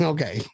Okay